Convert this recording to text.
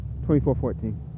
2414